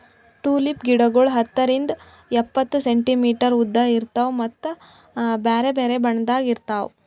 tulip ಗಿಡಗೊಳ್ ಹತ್ತರಿಂದ್ ಎಪ್ಪತ್ತು ಸೆಂಟಿಮೀಟರ್ ಉದ್ದ ಇರ್ತಾವ್ ಮತ್ತ ಬ್ಯಾರೆ ಬ್ಯಾರೆ ಬಣ್ಣದಾಗ್ ಇರ್ತಾವ್